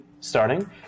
Starting